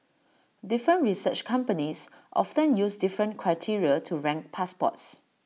different research companies often use different criteria to rank passports